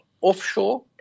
offshore